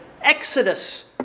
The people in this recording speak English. exodus